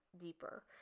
deeper